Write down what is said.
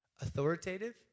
Authoritative